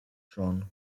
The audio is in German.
john